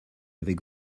avec